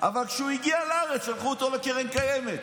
אבל כשהוא הגיע לארץ שלחו אותו לקרן קיימת.